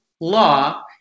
law